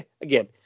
Again